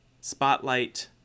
Spotlight